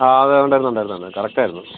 ആ അതെ ഉണ്ടായിരുന്നു ഉണ്ടായിരുന്നു കറക്റ്റ് ആയിരുന്നു